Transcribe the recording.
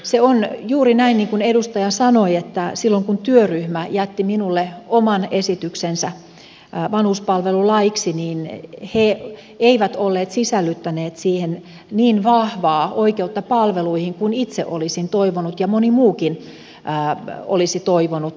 se on juuri näin niin kuin edustaja sanoi että silloin kun työryhmä jätti minulle oman esityksensä vanhuspalvelulaiksi he eivät olleet sisällyttäneet siihen niin vahvaa oikeutta palveluihin kuin itse olisin toivonut ja moni muukin olisi toivonut